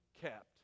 kept